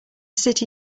city